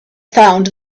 found